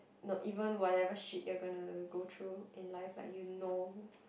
not even whatever shit you going to go through in life like you know